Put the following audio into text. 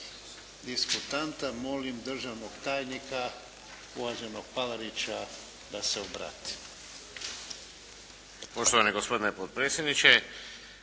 diskutanta molim državnog tajnika, uvaženog Palarića da se obrati. **Palarić, Antun** Poštovani